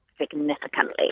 significantly